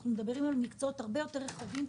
אנחנו מדברים על מקצועות הרבה יותר רחבים,